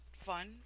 fun